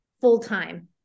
full-time